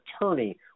attorney